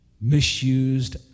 misused